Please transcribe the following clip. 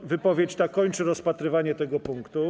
Ta wypowiedź kończy rozpatrywanie tego punktu.